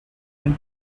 and